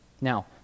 Now